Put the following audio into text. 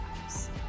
lives